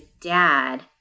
dad